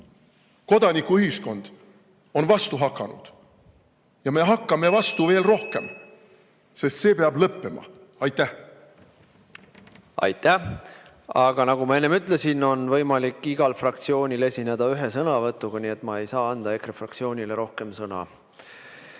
kodanikuühiskond on vastu hakanud. Ja me hakkame vastu veel rohkem, sest see peab lõppema. Aitäh! Aitäh! Aga nagu ma enne ütlesin, on võimalik igal fraktsioonil esineda ühe sõnavõtuga, nii et ma ei saa anda EKRE fraktsioonile rohkem sõna.